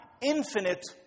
infinite